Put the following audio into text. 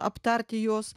aptarti juos